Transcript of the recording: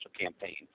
campaign